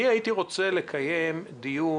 אני הייתי רוצה לקיים דיון.